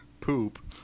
poop